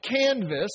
canvas